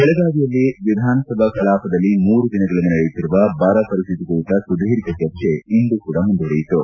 ಬೆಳಗಾವಿಯ ವಿಧಾನಸಭಾ ಕಲಾಪದಲ್ಲಿ ಮೂರು ದಿನಗಳಿಂದ ನಡೆಯುತ್ತಿರುವ ಬರ ಪರಿಶ್ಠಿತಿ ಕುರಿತ ಸುಧೀರ್ಘ ಚರ್ಚೆ ಇಂದು ಕೂಡ ಮುಂದುವರೆಯಿತು